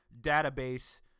Database